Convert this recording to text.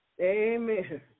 Amen